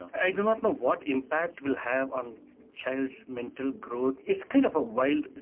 i do not know what impact will have on child's mental growth. it's kind of a wild,